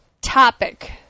topic